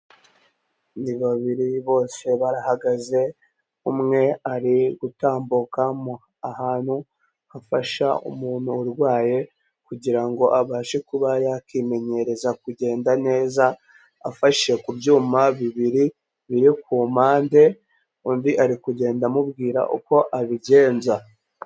Ni babiri bose barahagaze umwe ari gutambukamo ahantu hafasha umuntu urwaye kugira ngo ngo abashe kuba yakimenyereza kugenda neza, afashe ku byuma bibiri byo ku mpande, undi ari kugenda amubwira uko abigenza.